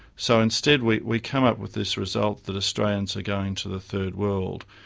so instead we we come up with this result that australians are going to the third world,